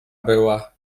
była